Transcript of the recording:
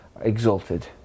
exalted